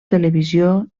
televisió